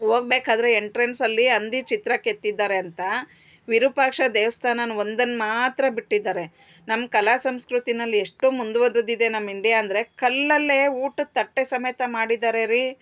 ಹೋಗ್ಬೇಕಾದ್ರೆ ಎಂಟ್ರೆನ್ಸಲ್ಲಿ ಹಂದಿ ಚಿತ್ರ ಕೆತ್ತಿದ್ದಾರೆ ಅಂತ ವಿರುಪಾಕ್ಷ ದೇವಸ್ಥಾನ ಒಂದನ್ನು ಮಾತ್ರ ಬಿಟ್ಟಿದ್ದಾರೆ ನಮ್ಮ ಕಲಾ ಸಂಸ್ಕೃತಿನಲ್ ಎಷ್ಟು ಮುಂದೋದದ್ದಿದೆ ನಮ್ಮ ಇಂಡಿಯಾ ಅಂದರೆ ಕಲ್ಲಲ್ಲೇ ಊಟದ್ ತಟ್ಟೆ ಸಮೇತ ಮಾಡಿದ್ದಾರೆ ರೀ